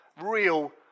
real